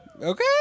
Okay